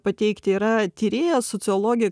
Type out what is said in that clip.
pateikti yra tyrėja sociologė